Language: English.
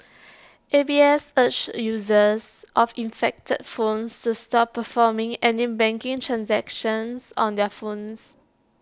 A B S urged users of infected phones to stop performing any banking transactions on their phones